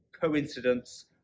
coincidence